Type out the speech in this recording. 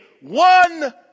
one